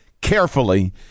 carefully